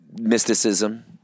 mysticism